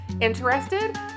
Interested